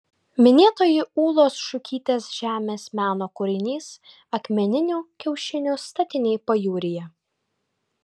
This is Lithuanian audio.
minėtoji ūlos šukytės žemės meno kūrinys akmeninių kiaušinių statiniai pajūryje